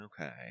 okay